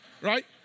right